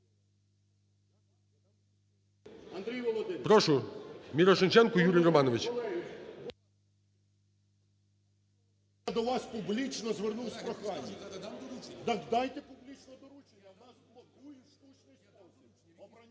Прошу, Мірошниченко Юрій Романович…